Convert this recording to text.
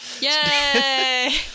Yay